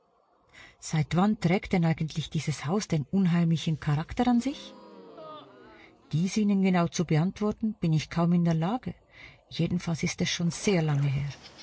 seit wann trägt denn eigentlich dieses haus den unheimlichen charakter an sich dies ihnen genau zu beantworten bin ich kaum in der lage jedenfalls ist es schon sehr lange her